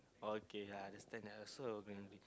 okay I understand I also a